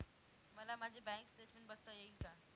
मला माझे bank statement बघता येईल का?